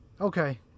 Okay